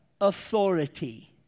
authority